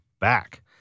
back